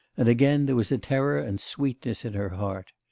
and again there was a terror and sweetness in her heart.